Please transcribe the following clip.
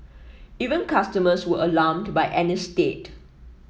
even customers were alarmed by Annie's state